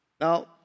Now